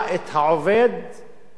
או העובדת, ואת המעסיק,